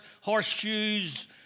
horseshoes